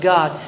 God